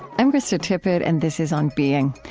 i'm krista tippett and this is on being.